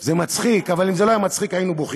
זה מצחיק, אבל אם זה לא היה מצחיק היינו בוכים.